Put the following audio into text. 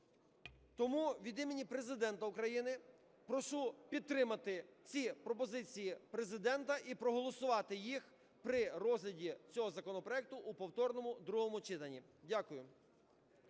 Тому від імені Президента України прошу підтримати ці пропозиції Президента і проголосувати їх при розгляді цього законопроекту у повторному другому читанні. Дякую.